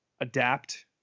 Adapt